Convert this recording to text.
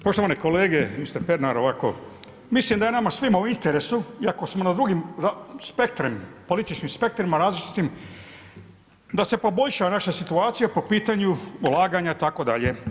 Poštovane kolege, mister Pernar ovako, mislim da je nama svima u interesu iako smo na drugim spektrom, političkim spektrima različitim da se poboljša naša situacija po pitanju ulaganja itd.